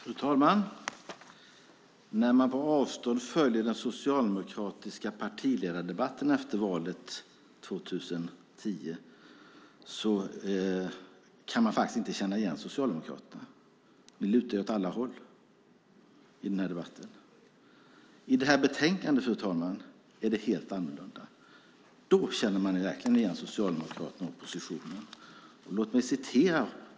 Fru talman! När man på avstånd följer den socialdemokratiska partiledardebatten efter valet 2010 kan man faktiskt inte känna igen Socialdemokraterna. Ni lutar ju åt alla håll i den här debatten. I det här betänkandet är det helt annorlunda. Där känner man verkligen igen Socialdemokraterna och oppositionen.